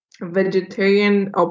vegetarian